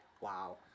Wow